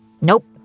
nope